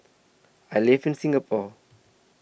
I live in Singapore